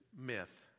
myth